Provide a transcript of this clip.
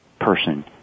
person